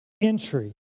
entry